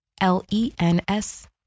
L-E-N-S